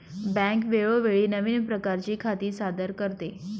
bank वेळोवेळी नवीन प्रकारची खाती सादर करते